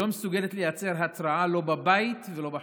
שלא מסוגלת לייצר התרעה לא בבית ולא בחוץ,